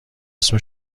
اسم